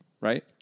right